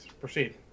Proceed